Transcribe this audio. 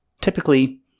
typically